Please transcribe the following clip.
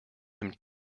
him